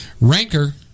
Ranker